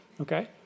okay